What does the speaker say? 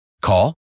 Call